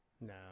No